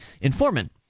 informant